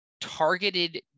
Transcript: targeted